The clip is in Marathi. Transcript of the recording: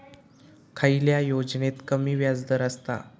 खयल्या योजनेत कमी व्याजदर असता?